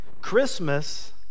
Christmas